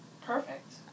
perfect